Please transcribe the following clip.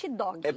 dog